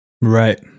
right